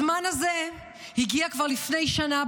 הזמן הזה הגיע כבר לפני שנה,